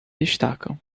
destacam